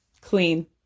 clean